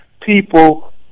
people